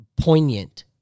poignant